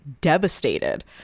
devastated